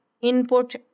input